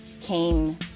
came